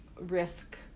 risk